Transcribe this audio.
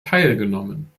teilgenommen